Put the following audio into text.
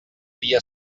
dia